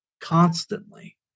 constantly